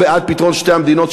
או בעד פתרון שתי המדינות,